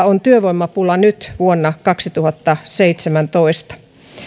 on työvoimapula nyt vuonna kaksituhattaseitsemäntoista